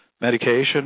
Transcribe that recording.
medication